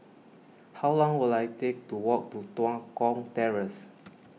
how long will I take to walk to Tua Kong Terrace